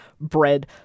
bread